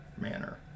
manner